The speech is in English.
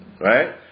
Right